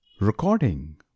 Recording